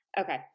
Okay